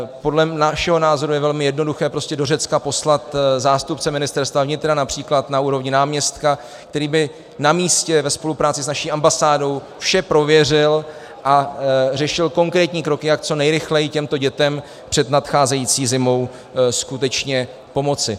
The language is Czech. Podle našeho názoru je velmi jednoduché prostě do Řecka poslat zástupce Ministerstva vnitra, například na úrovni náměstka, který by na místě ve spolupráci s naší ambasádou vše prověřil a řešil konkrétní kroky, jak co nejrychleji těmto dětem před nadcházející zimou skutečně pomoci.